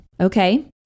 Okay